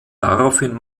daraufhin